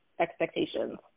expectations